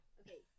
okay